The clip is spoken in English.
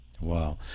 Wow